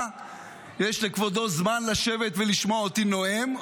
יש לכבודו זמן לשבת ולשמוע אותי נואם.